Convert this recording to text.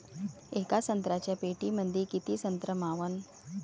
येका संत्र्याच्या पेटीमंदी किती संत्र मावन?